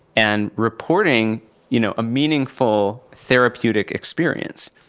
and reporting you know a meaningful therapeutic experience.